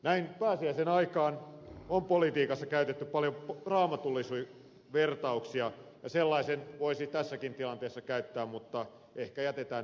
näin pääsiäisen aikaan on politiikassa käytetty paljon raamatullisia vertauksia ja sellaisen voisi tässäkin tilanteessa käyttää mutta ehkä jätetään nyt sentään